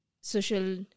social